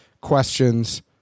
questions